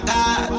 God